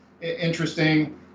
interesting